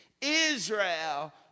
Israel